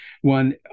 one